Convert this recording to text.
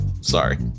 Sorry